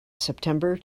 september